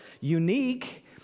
unique